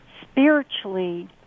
spiritually